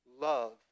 love